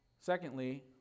Secondly